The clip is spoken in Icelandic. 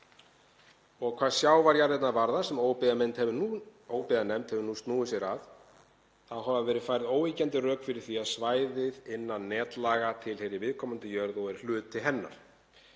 og hvað sjávarjarðirnar varðar sem óbyggðanefnd hefur nú snúið sér að þá hafa verið færð óyggjandi rök fyrir því að svæðið innan netlaga tilheyri viðkomandi jörð og sé hluti hennar.